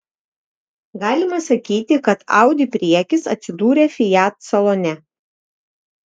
galima sakyti kad audi priekis atsidūrė fiat salone